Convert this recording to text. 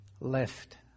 left